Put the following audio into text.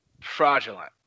fraudulent